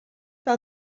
par